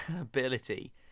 ability